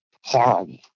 horrible